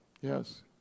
Yes